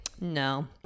No